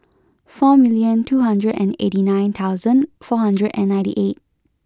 four million two hundred and eighty nine thousand four hundred and ninety eight